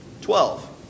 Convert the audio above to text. Twelve